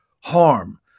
harm